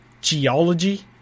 Geology